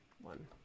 one